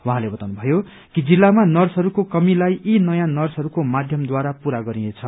उहाँले बताउनुभयो कि जिल्लामा नर्सहरूको कमीलाई यी नयाँ नर्सहरूको माध्यमद्वारा पूरा गरिनेछ